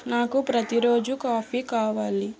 నాకు ప్రతీ రోజు కాఫీ కావాలి